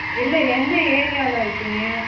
இல்லை எந்த ஏரியாவில் இருக்கீங்க